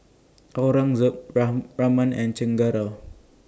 Aurangzeb Raman and Chengara